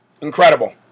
Incredible